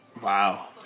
Wow